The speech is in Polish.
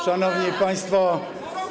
Szanowni Państwo!